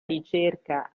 ricerca